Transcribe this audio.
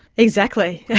exactly. yeah